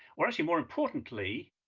or actually, more importantly,